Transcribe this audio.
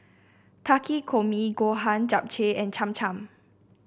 Takikomi Gohan Japchae and Cham Cham